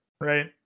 Right